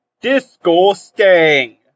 disgusting